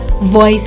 Voice